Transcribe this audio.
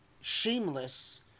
shameless